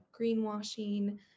greenwashing